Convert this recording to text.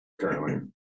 currently